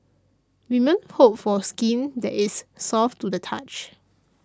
women hope for skin that is soft to the touch